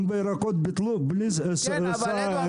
גם בירקות ביטלו בלי --- אבל אדוארד,